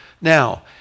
Now